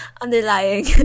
underlying